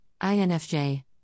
INFJ